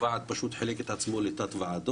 הוועד חילק את עצמו לתת-ועדות,